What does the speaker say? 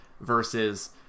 versus